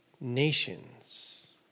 nations